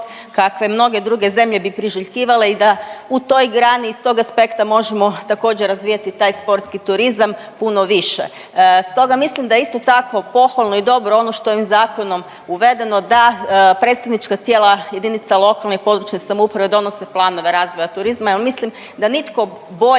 kakve mnoge druge zemlje bi priželjkivale i da u toj grani i iz tog aspekta možemo također razvijati taj sportski turizam puno više. Stoga mislim da je isto tako pohvalno i dobro što je ovim zakonom uvedeno da predstavnička tijela JLPS donose planove razvoja turizma jel mislim da nitko bolje